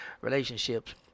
relationships